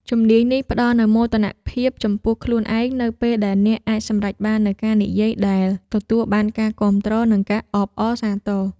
ជំនាញនេះផ្ដល់នូវមោទនភាពចំពោះខ្លួនឯង នៅពេលដែលអ្នកអាចសម្រេចបាននូវការនិយាយដែលទទួលបានការគាំទ្រ និងការអបអរសាទរ។